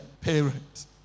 parents